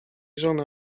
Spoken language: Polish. żony